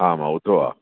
हा मां ॿुधो आहे